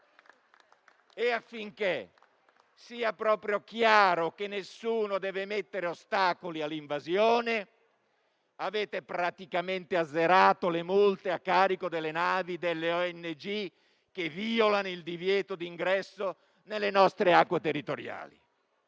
E affinché sia del tutto chiaro che nessuno deve mettere ostacoli all'invasione, avete praticamente azzerato le multe a carico delle navi delle ONG che violano il divieto di ingresso nelle nostre acque territoriali,